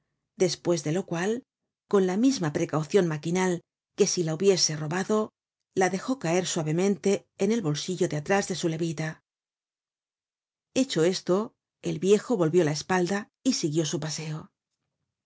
despues de lo cual con la misma precaucion maquinal que si la hubiese robado la dejó caer suavemente en el bolsillo de atrás de su levita hecho esto el viejo volvió la espalda y siguió su paseo